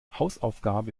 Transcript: hausaufgabe